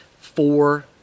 four